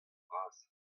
bras